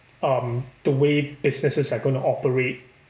um the way businesses are going to operate